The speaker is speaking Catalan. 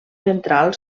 central